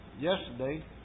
yesterday